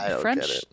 French